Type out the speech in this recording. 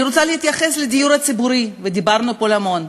אני רוצה להתייחס לדיור הציבורי, ודיברנו פה המון.